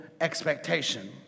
expectation